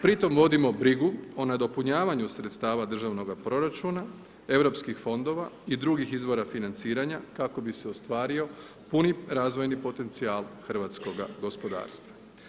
Pri tom vodimo brigu o nadopunjavanju sredstava državnog proračuna, europskih fondova i drugih izvora financiranja kako bi se ostvario puni razvojni potencijal hrvatskoga gospodarstva.